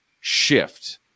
shift